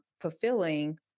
fulfilling